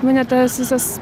nu ne tas visas